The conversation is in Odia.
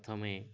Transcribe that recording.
ପ୍ରଥମେ